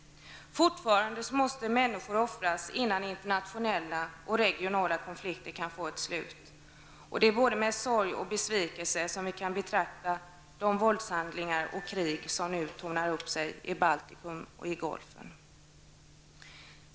Fortfarande måste människor offras innan internationella och regionala konflikter kan få ett slut. Det är med både sorg och besvikelse som vi kan betrakta de våldshandlingar och krig som nu tornar upp sig i Baltikum och i Gulfen.